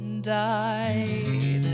died